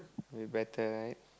with better right